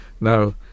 now